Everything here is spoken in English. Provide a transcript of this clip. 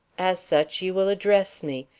as such you will address me.